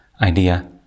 idea